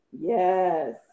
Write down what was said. Yes